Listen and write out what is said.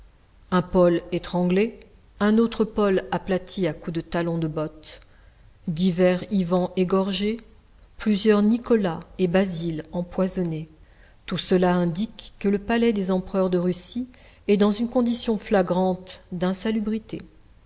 un paul étranglé un autre paul aplati à coups de talon de botte divers ivans égorgés plusieurs nicolas et basiles empoisonnés tout cela indique que le palais des empereurs de russie est dans une condition flagrante d'insalubrité